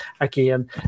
again